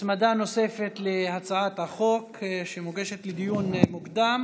הצמדה נוספת להצעת החוק, שמוגשת לדיון מוקדם